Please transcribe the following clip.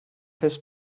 his